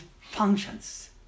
functions